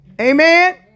Amen